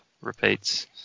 repeats